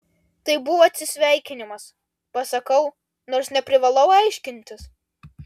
tai buvo atsisveikinimas pasakau nors neprivalau aiškintis